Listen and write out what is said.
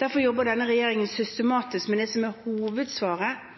Derfor jobber denne regjeringen systematisk med det som er hovedsvaret